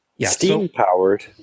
Steam-powered